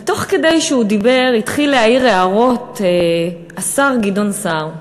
וכשהוא דיבר התחיל להעיר הערות השר גדעון סער,